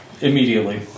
Immediately